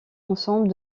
ensemble